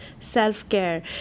self-care